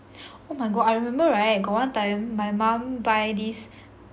oh my god I remember right got one time my mum buy this